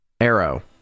Arrow